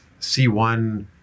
c1